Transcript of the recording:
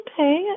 Okay